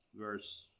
Verse